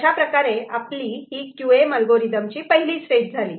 अशाप्रकारे आपली ही क्यू एम अल्गोरिदम ची पहिली स्टेज झाली